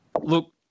Look